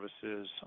services